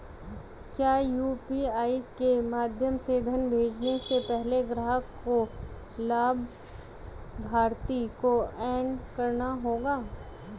क्या यू.पी.आई के माध्यम से धन भेजने से पहले ग्राहक को लाभार्थी को एड करना होगा?